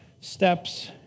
steps